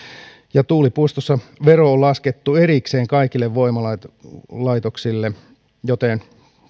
ja tuulipuistossa vero on laskettu erikseen kaikille voimalaitoksille joten